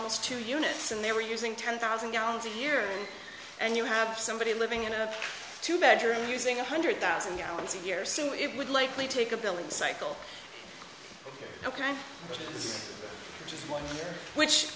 almost two units and they were using ten thousand gallons a year and you have somebody living in a two bedroom using one hundred thousand gallons a year so it would likely take a billing cycle ok